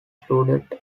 flooded